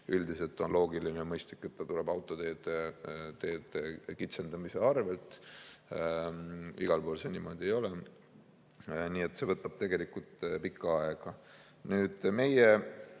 Üldiselt on loogiline ja mõistlik, et see tuleb autoteede kitsendamise arvelt. Igal pool see niimoodi ei ole. Nii et see võtab tegelikult pikka aega. Meie